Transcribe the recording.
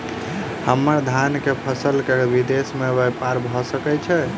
हम्मर धान केँ फसल केँ विदेश मे ब्यपार भऽ सकै छै?